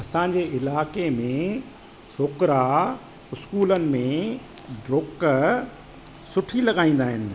असांजे इलाइक़े में छोकिरा स्कूलनि में डुक सुठी लॻाईंदा आहिनि